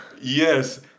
Yes